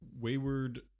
wayward